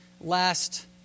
last